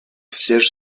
siège